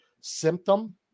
symptom